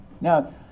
Now